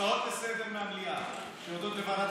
הצעות לסדר-היום מהמליאה שיורדות לוועדת